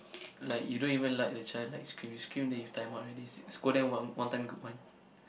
like you don't even like the child like scream scream already you time out already sc~ scold them one one time good one